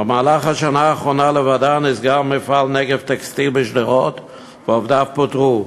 בשנה האחרונה נסגר מפעל "נגב טקסטיל" בשדרות ועובדיו פוטרו.